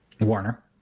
Warner